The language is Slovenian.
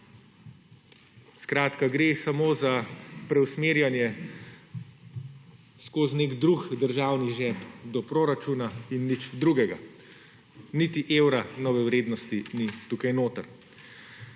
Skratka, gre samo za preusmerjanje skozi nek drug državni žep do proračuna in nič drugega. Niti evra nove vrednosti ni tukaj notri.